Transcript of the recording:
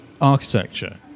architecture